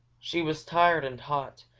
she was tired and hot,